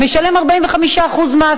משלם 45% מס.